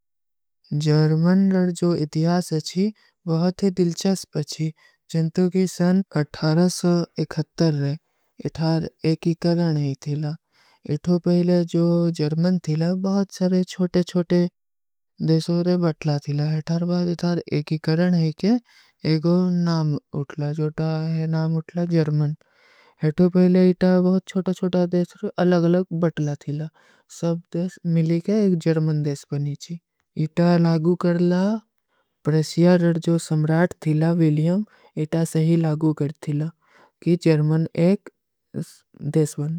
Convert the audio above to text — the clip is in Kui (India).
ଜର୍ମନ ଲଡ ଜୋ ଇତିଯାସ ଅଚ୍ଛୀ, ବହୁତ ହୈ ଦିଲ୍ଚସ୍ପ ଅଚ୍ଛୀ, ଜିନ୍ଟୁ କୀ ସନ ଅଠାରସଵ ଏକହତ୍ତର ରହେ, ଇତାର ଏକୀ କରଣ ହୀ ଥୀଲା। ଇତୋ ପହଲେ ଜୋ ଜର୍ମନ ଥୀଲା, ବହୁତ ସରେ ଛୋଟେ-ଛୋଟେ ଦେଶୋରେ ବଟଲା ଥୀଲା। ଇତା ଲାଗୂ କର ଲା ପ୍ରେସିଯା ରଡ ଜୋ ସମରାଟ ଥୀଲା ଵିଲିଯମ, ଇତା ସହୀ ଲାଗୂ କର ଥୀଲା କୀ ଜର୍ମନ ଏକ ଦେଶ ଵନ।